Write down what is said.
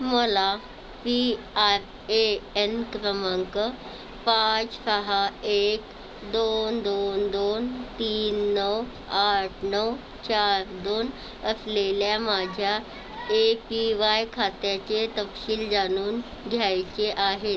मला P R A N क्रमांक पाच सहा एक दोन दोन दोन तीन नऊ आठ नऊ चार दोन असलेल्या माझ्या ए पी वाय खात्याचे तपशील जाणून घ्यायचे आहेत